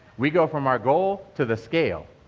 we go from our goal to the scale.